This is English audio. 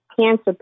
cancer